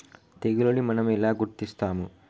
తెగులుని మనం ఎలా గుర్తిస్తాము?